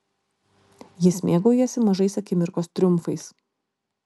jis mėgaujasi mažais akimirkos triumfais